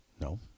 No